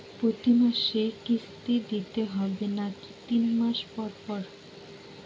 প্রতিমাসে কিস্তি দিতে হবে নাকি তিন মাস পর পর?